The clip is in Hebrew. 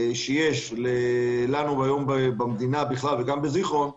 שיש לנו היום במדינה בכלל וגם בזיכרון יעקב.